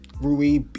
Rui